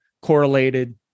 correlated